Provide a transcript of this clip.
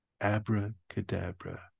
Abracadabra